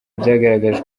byagaragaje